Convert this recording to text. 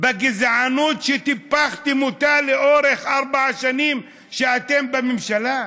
הגזענות שטיפחתם אותה לאורך ארבע השנים שאתם בממשלה?